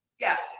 Yes